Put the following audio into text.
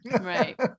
right